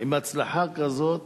עם הצלחה כזאת,